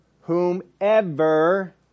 whomever